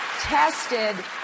tested